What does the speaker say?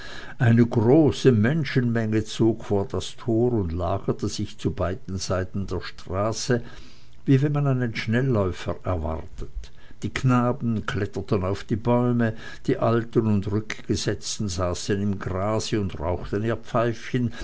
eine große menschenmenge zog vor das tor und lagerte sich zu beiden seiten der straße wie wenn man einen schnelläufer erwartet die knaben kletterten auf die bäume die alten und rückgesetzten saßen im grase und rauchten ihr pfeifen